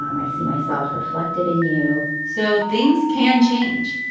um i see myself reflected in you so things can change.